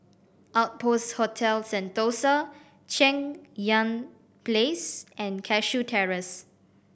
Outpost Hotel Sentosa Cheng Yan Place and Cashew Terrace